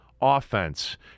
offense